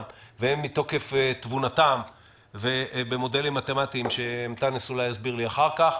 והן מתוקף תבונתם וממודלים מתמטיים שאנטאנס שחאדה אולי יסביר לי אחר כך.